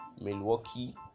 milwaukee